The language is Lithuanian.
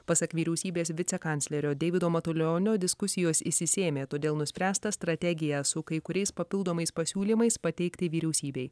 pasak vyriausybės vicekanclerio deivido matulionio diskusijos išsisėmė todėl nuspręsta strategiją su kai kuriais papildomais pasiūlymais pateikti vyriausybei